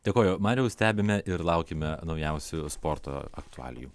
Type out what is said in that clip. dėkoju mariau stebime ir laukiame naujausių sporto aktualijų